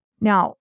Now